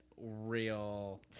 real